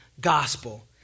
gospel